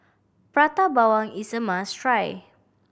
Prata Bawang is a must try